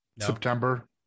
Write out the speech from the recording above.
September